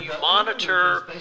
monitor